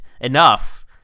enough